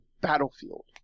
battlefield